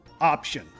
option